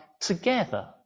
together